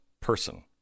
person